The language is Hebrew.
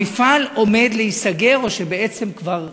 המפעל עומד להיסגר, או שבעצם כבר נסגר.